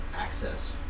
access